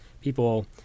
people